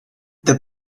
the